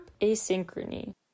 asynchrony